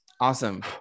Awesome